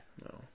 No